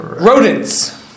rodents